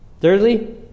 Thirdly